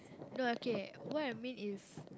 no okay what I mean is